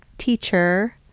teacher